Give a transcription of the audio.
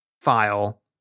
file